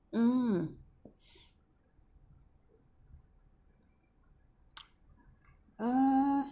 mm uh